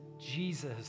Jesus